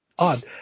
odd